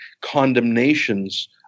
condemnations